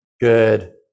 good